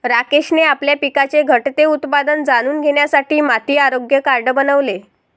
राकेशने आपल्या पिकाचे घटते उत्पादन जाणून घेण्यासाठी माती आरोग्य कार्ड बनवले